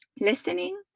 listening